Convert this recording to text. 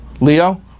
Leo